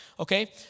Okay